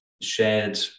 shared